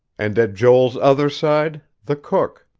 and at joel's other side, the cook.